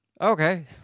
Okay